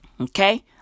Okay